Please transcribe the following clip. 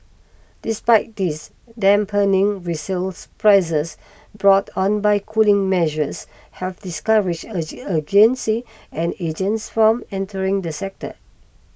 despite this dampening resales prices brought on by cooling measures have discouraged agency and agents from entering the sector